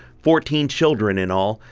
fourteen children in all,